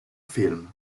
film